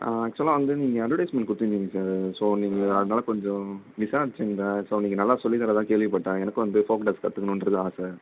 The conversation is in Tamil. ஆக்ஷுவலா வந்து நீங்கள் அட்வர்டைஸ்மென்ட் கொடுத்திருந்திங்க சார் ஸோ நீங்கள் அதனால கொஞ்சம் விசாரிச்சிருந்தேன் ஸோ நீங்கள் நல்லா சொல்லி தரதாக கேள்விப்பட்டேன் எனக்கும் வந்து ஃபோல்க் டான்ஸ் கற்றுக்குணுன்றது ஆசை